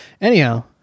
anyhow